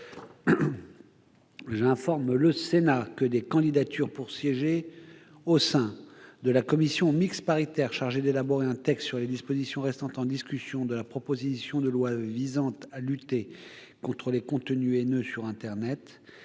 J'informe le Sénat que des candidatures pour siéger au sein de la commission mixte paritaire chargée d'élaborer un texte sur les dispositions restant en discussion de la proposition de loi visant à lutter contre les contenus haineux sur internet